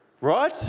right